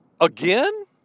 Again